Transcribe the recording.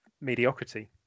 mediocrity